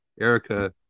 Erica